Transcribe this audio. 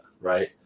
right